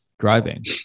driving